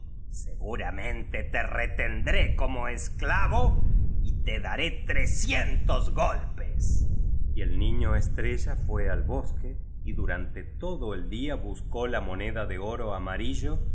mente te retendré como esclavo y te daré trescientos golpes y el niño estrella fue al bosque y durante todo el día buscó la moneda de oro amarillo